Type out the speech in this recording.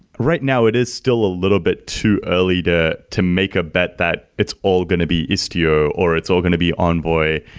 right now it is still a little bit too early to to make a bet that it's all going to be istio or it's all going to be envoy,